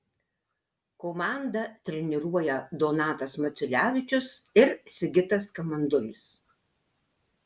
komandą treniruoja donatas maciulevičius ir sigitas kamandulis